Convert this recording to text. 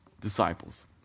disciples